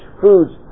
foods